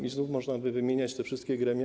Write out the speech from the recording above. I znów można by wymieniać te wszystkie gremia.